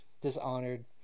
Dishonored